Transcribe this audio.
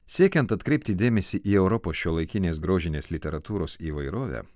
siekiant atkreipti dėmesį į europos šiuolaikinės grožinės literatūros įvairovę